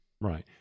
Right